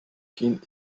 gehen